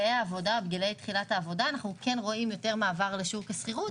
גילאים של תחילת העבודה אנחנו רואים מעבר לשוק השכירות.